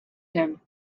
him